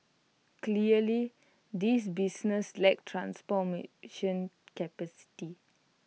clearly these businesses lack transformation capacity